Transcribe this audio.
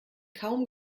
kaum